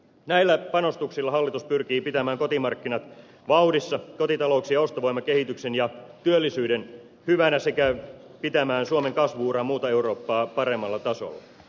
näillä panostuksilla hallitus pyrkii pitämään kotimarkkinat vauhdissa kotitalouksien ostovoimakehityksen ja työllisyyden hyvänä sekä pitämään suomen kasvu uran muuta eurooppaa paremmalla tasolla